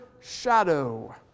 shadow